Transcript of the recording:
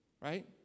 right